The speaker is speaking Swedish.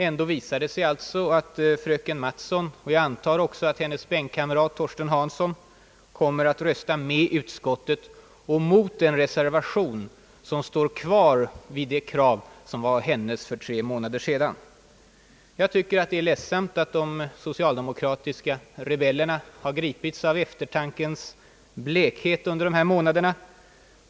Ännu visar det sig allt så att fröken Mattson — och jag antar också hennes bänkkamrat Torsten Hansson — kommer att rösta med ut skottet och mot den reservation, som står fast vid det krav som var hennes för tre månader sedan. Jag tycker att det är ledsamt att de socialdemokratiska rebellerna har gripits av eftertankens blekhet under dessa månader.